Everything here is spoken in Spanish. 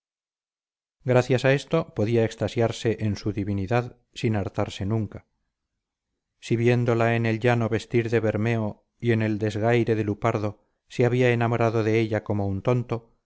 gracias a esto podía extasiarse en su divinidad sin hartarse nunca si viéndola en el llano vestir de bermeo y en el desgaire de lupardo se había enamorado de ella como un tonto